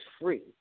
free